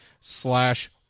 slash